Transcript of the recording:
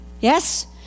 Yes